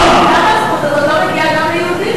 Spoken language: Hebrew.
למה הזכות הזאת לא מגיעה גם ליהודים,